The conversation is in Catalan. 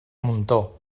muntó